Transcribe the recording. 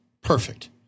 Perfect